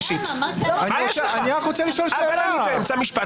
אלא אם נקבע אחרת